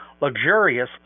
luxurious